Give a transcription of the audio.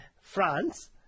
France